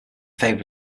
favor